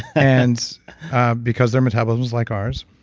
and because their metabolism is like ours,